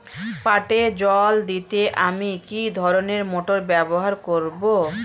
পাটে জল দিতে আমি কি ধরনের মোটর ব্যবহার করব?